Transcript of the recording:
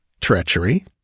Treachery